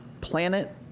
planet